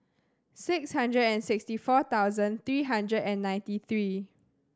six hundred and sixty four thousand three hundred and ninety three